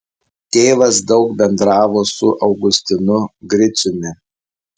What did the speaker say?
tėvas daug bendravo su augustinu griciumi